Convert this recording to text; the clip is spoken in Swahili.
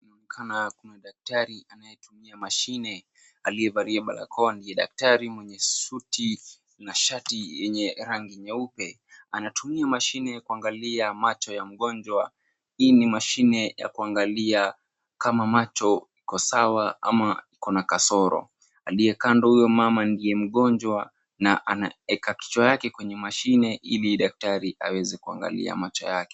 Inaonekana kuna daktari anayetumia mashine aliyevalia barakoa ndiye daktari mwenye suti na shati yenye rangi nyeupe. Anatumia mashine kuangalia macho ya mgonjwa. Hii ni mashine ya kuangalia kama macho iko sawa ama iko na kasoro. Aliye kando huyo mama ndiye mgonjwa na anaeka kichwa yake kwenye mashine ili daktari aweze kuangalia macho yake.